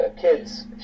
kids